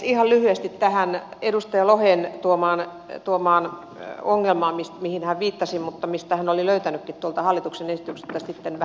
ihan lyhyesti tähän edustaja lohen tuomaan ongelmaan mihin hän viittasi mutta mistä hän oli löytänytkin tuolta hallituksen esityksestä sitten vähän ratkaisua